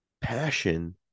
Passion